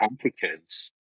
Africans